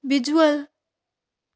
visual